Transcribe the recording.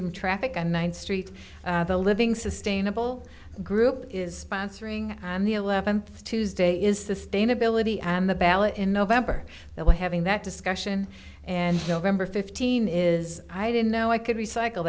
in traffic and ninth street the living sustainable group is sponsoring on the eleventh tuesday is sustainability and the ballot in november that we're having that discussion and november fifteen is i didn't know i could recycle